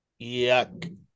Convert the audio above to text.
Yuck